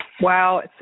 Wow